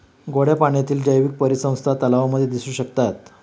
गोड्या पाण्यातील जैवीक परिसंस्था तलावांमध्ये दिसू शकतात